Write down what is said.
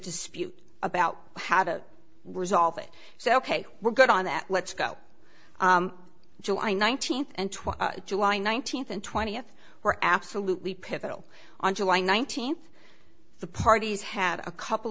dispute about how to resolve it so we're good on that let's go july nineteenth and twelve july nineteenth and twentieth were absolutely pivotal on july nineteenth the parties have a couple